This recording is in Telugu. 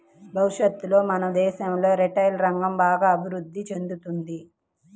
భవిష్యత్తులో మన దేశంలో రిటైల్ రంగం బాగా అభిరుద్ధి చెందుతుంది